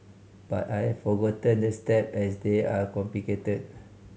but I have forgotten the step as they are complicated